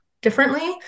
differently